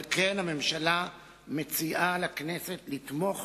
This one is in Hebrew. על כן, הממשלה מציעה לכנסת לתמוך